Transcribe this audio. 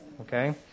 Okay